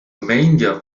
mania